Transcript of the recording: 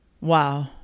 wow